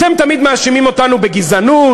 אתם תמיד מאשימים אותנו בגזענות,